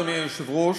אדוני היושב-ראש,